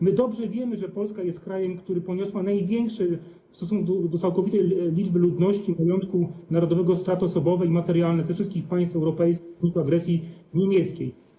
My dobrze wiemy, że Polska jest krajem, który poniósł największe w stosunku do całkowitej liczby ludności i majątku narodowego starty osobowe i materialne ze wszystkich państw europejskich w wyniku agresji niemieckiej.